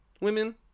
women